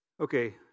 Okay